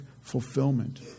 fulfillment